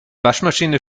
waschmaschine